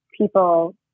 people